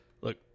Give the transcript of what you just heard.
Look